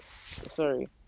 sorry